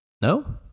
no